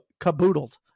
caboodled